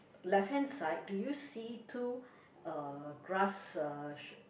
left hand side do you see two uh grass uh